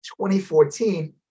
2014